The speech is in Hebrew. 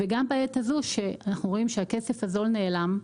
וגם בעת הזו שאנחנו רואים שהכסף הזול נעלם,